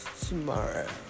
tomorrow